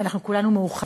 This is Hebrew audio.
ואנחנו כולנו מאוחדים,